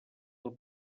del